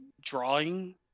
drawing